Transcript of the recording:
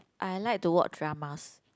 I like to watch dramas